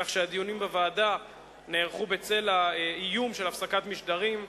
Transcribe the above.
כך שהדיונים בוועדה נערכו בצל האיום של הפסקת משדרים,